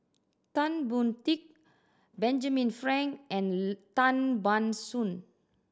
Tan Boon Teik Benjamin Frank and Tan Ban Soon